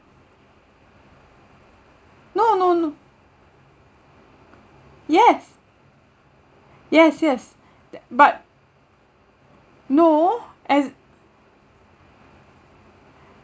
no no no yes yes yes but no as